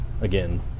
again